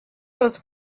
was